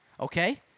okay